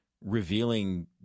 revealing